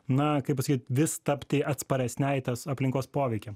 na kaip pasakyt vis tapti atsparesnei tos aplinkos poveikiam